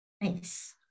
Nice